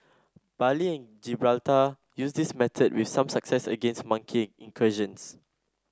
Bali Gibraltar used this method with some success against monkey incursions